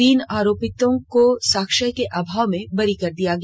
तीन आरोपितों को साक्ष्य के अभाव में बरी कर दिया गया